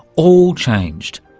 all changed.